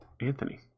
Anthony